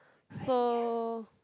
so